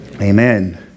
Amen